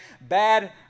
bad